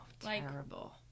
Terrible